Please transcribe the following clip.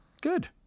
Good